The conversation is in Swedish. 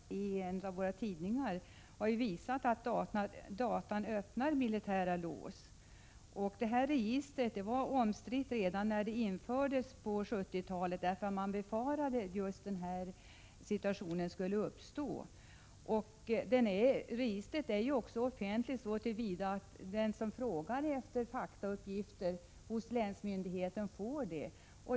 Fru talman! Detta fall, som har refererats i en tidning, har visat att datan öppnar militära lås. Registret var omstritt redan när det infördes på 1970-talet. Man befarade att just denna situation skulle uppstå. Registret är offentligt så till vida att. den som ber om faktauppgifter hos länsmyndigheten får dem.